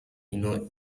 eno